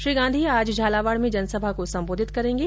श्री गांधी आज झालवाड में जनसभा को संबोधित करेंगे